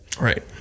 Right